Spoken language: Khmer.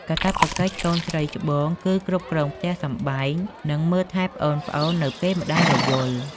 កាតព្វកិច្ចកូនស្រីច្បងគឺគ្រប់គ្រងផ្ទះសម្បែង និងមើលថែប្អូនៗ នៅពេលម្តាយរវល់។